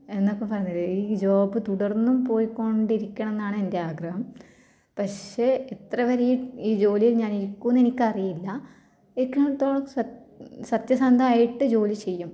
എന്നൊക്കെ പറഞ്ഞത് ഈ ജോബ് തുടർന്ന് പോയിക്കൊണ്ടിരിക്കണം എന്നാണ് എൻ്റെ ആഗ്രഹം പക്ഷേ എത്ര വരെ ഈ ഈ ജോലിയിൽ ഞാനിരിക്കുമെന്നെനിക്കറിയില്ല ഇരിക്കുന്നിടത്തോളം സ സത്യസന്ധമായിട്ട് ജോലി ചെയ്യും